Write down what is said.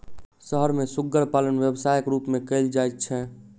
शहर मे सुग्गर पालन व्यवसायक रूप मे कयल जाइत छै